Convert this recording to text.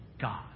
God